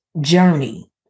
journey